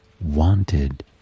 wanted